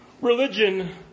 religion